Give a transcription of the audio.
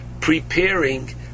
preparing